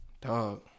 Dog